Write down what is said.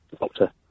doctor